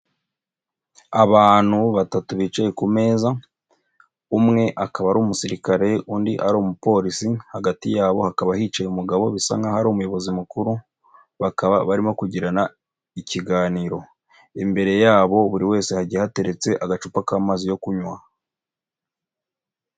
Abantu batatu bicaye ku meza, umwe akaba ari umusirikare undi ari umupolisi, hagati yabo hakaba hicaye umugabo bisa nkaho ari umuyobozi mukuru, bakaba barimo kugirana ikiganiro. Imbere yabo buri wese hagiye hateretse agacupa k'amazi yo kunywa.